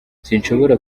sinshobora